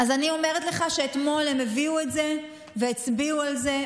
אז אני אומרת לך שאתמול הם הביאו את זה והצביעו על זה,